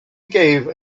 gave